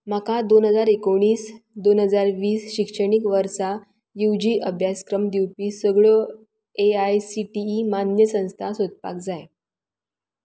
म्हाका दोन हजार एकोणीस दोन हजार वीस शिक्षणीक वर्सा यू जी अभ्यासक्रम दिवपी सगळो A I C T E मान्य संस्था सोदपाक जाय